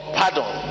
pardon